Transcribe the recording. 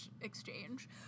exchange